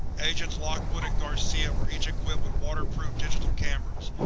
agents lockwood and garcia were each equipped with waterproof digital cameras,